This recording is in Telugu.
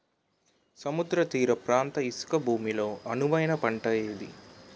సముద్ర తీర ప్రాంత ఇసుక భూమి లో అనువైన పంట ఏది?